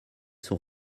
sont